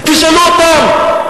תשאלו אותם.